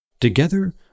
Together